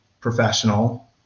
professional